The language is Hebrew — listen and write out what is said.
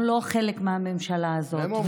אנחנו לא חלק מהממשלה הזאת.